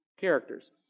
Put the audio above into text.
characters